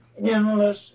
endless